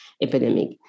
epidemic